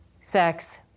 sex